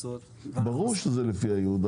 ברור שזה לפי הייעוד.